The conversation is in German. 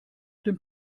dem